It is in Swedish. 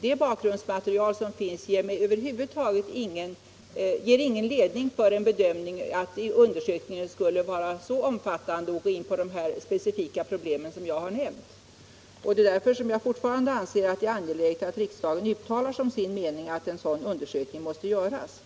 Det bakgrundsmaterial som finns ger över huvud taget ingen anledning tro att undersökningen skulle bli så omfattande att den skulle gå in på de specifika problem som jag har nämnt. Därför anser jag att det fortfarande är angeläget att riksdagen uttalar som sin mening att en sådan undersökning måste göras.